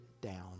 down